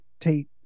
Tate